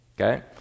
Okay